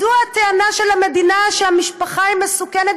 מדוע הטענה של המדינה שהמשפחה מסוכנת,